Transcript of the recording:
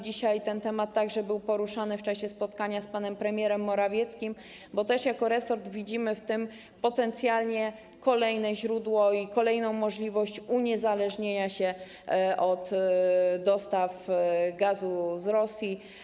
Dzisiaj ten temat był także poruszony w czasie spotkania z panem premierem Morawieckim, bo też jako resort widzimy w tym potencjalnie kolejne źródło i kolejną możliwość uniezależnienia się od dostaw gazu z Rosji.